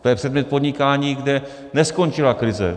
To je předmět podnikání, kde neskončila krize.